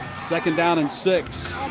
second down and six.